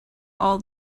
all